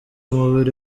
umubiri